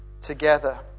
together